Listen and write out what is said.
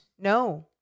No